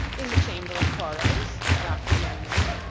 in the chamber of horrors? laughed the young man.